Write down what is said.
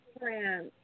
France